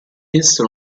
essere